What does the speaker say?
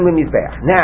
now